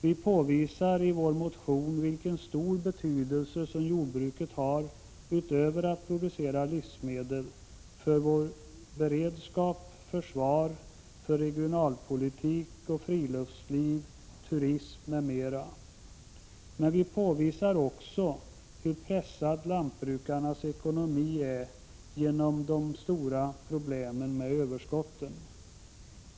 Vi påvisar i vår motion vilken stor betydelse jordbruket har — utöver att producera livsmedel — för beredskap, försvar, regionalpolitik, friluftsliv, turism m.m. Men vi påvisar också hur pressad lantbrukarnas ekonomi är på grund av de stora problemen med överskotten.